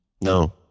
No